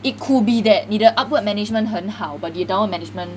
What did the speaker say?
it could be that 你的 upward management 很好 but 你 down management